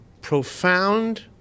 profound